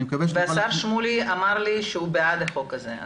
אני מקווה --- השר שמולי אמר לי שהוא בעד החוק הזה,